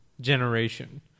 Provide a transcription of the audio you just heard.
generation